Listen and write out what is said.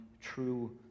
true